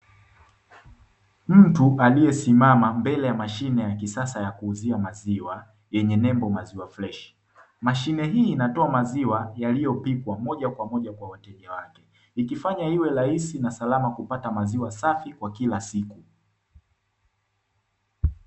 Mtu aliyesimama mbele ya mashine ya kisasa ya kuuzia maziwa yenye nembo "maziwa fresh" mashine hii inatoa maziwa yaliyopikwa moja kwa moja kwa wateja wake ikifanya iwe rahisi na salama kupata maziwa safi kwa kila siku.